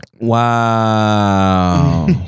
Wow